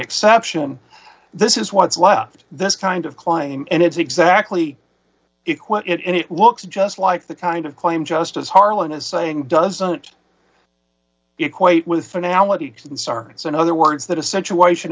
exception this is what's left this kind of claim and it's exactly equal it and it looks just like the kind of claim justice harlan is saying doesn't equate with finality concerns in other words that a situation